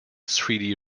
three